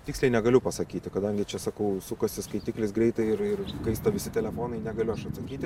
tiksliai negaliu pasakyti kadangi čia sakau sukasi skaitiklis greitai ir ir kaista visi telefonai negaliu aš atsakyti